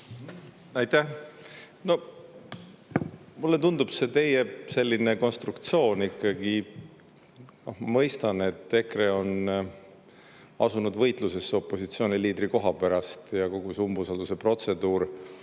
Aitäh! Mulle tundub see teie selline konstruktsioon ikkagi ... Ma mõistan, et EKRE on asunud võitlusesse opositsiooniliidri koha pärast ja kogus see umbusalduseprotseduur,